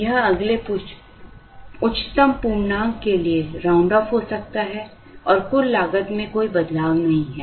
यह अगले उच्चतम पूर्णांक के लिए राउंड ऑफ हो सकता है और कुल लागत में कोई बदलाव नहीं है